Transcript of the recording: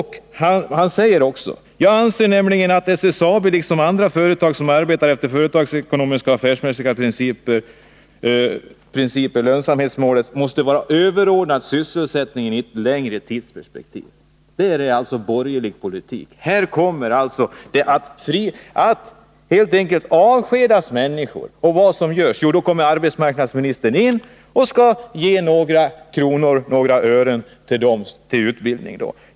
Han säger också: Jag anser nämligen att för SSAB liksom för andra företag som arbetar efter företagsekonomiska och affärsmässiga principer måste lönsamhetsmålet vara överordnat sysselsättningen i ett längre tidsperspektiv — det är alltså borgerlig politik. Här kommer människor helt enkelt att avskedas. Vad gör man då? Jo, då kommer arbetsmarknadsministern och vill ge några kronor och ören till utbildning.